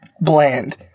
bland